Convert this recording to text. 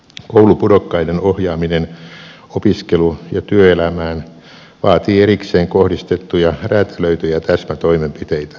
koulupudokkaiden ohjaaminen opiskelu ja työelämään vaatii erikseen kohdistettuja räätälöityjä täsmätoimenpiteitä